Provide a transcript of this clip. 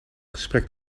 gesprek